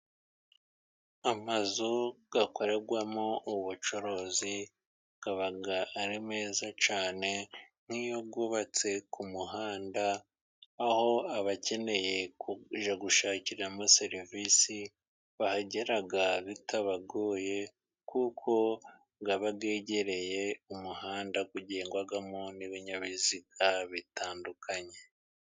Amazu akorerwamo ubucuruzi aba ari meza cyane nk'iyo yubatse ku muhanda, aho abakeneye gushakiramo serivisi bahagera bitabagoye, kuko aba yegagereye umuhanda ugendwamo n'ibinyabiziga bitandukanye.